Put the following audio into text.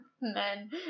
men